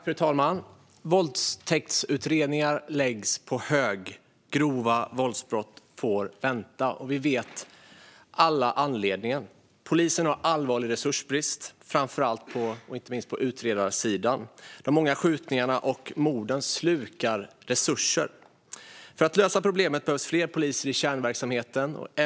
Fru talman! Våldtäktsutredningar läggs på hög. Grova våldsbrott får vänta, och vi vet alla anledningen: Polisen har allvarlig resursbrist, inte minst på utredarsidan. De många skjutningarna och morden slukar resurser. För att lösa problemet behövs fler poliser i kärnverksamheten.